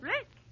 Rick